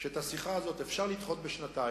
שאת השיחה הזאת אפשר לדחות בשנתיים,